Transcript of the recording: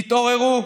תתעוררו.